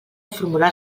formular